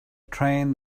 train